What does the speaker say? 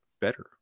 better